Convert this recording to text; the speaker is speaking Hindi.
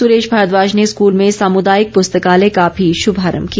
सुरेश भारद्वाज ने स्कूल में सामुदायिक पुस्तकालय का भी शुभारम्भ किया